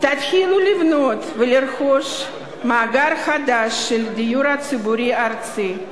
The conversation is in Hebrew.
תתחילו לבנות ולרכוש מאגר חדש של דיור ציבורי ארצי,